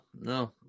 no